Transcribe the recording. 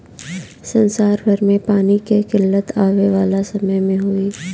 संसार भर में पानी कअ किल्लत आवे वाला समय में होई